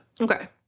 Okay